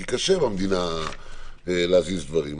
כי קשה במדינה להזיז דברים.